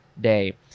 Day